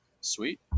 Sweet